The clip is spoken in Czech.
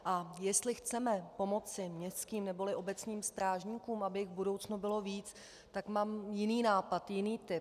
A jestli chceme pomoci městským neboli obecním strážníkům, aby jich v budoucnu bylo víc, tak mám jiný nápad, jiný tip.